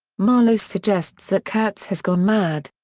marlow suggests that kurtz has gone mad.